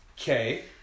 Okay